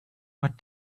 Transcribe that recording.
what